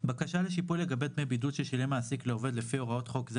(2)בקשה לשיפוי לגבי דמי בידוד ששילם מעסיק לעובד לפי הוראות חוק זה